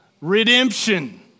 redemption